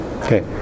Okay